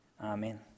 Amen